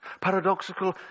Paradoxical